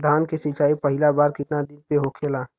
धान के सिचाई पहिला बार कितना दिन पे होखेला?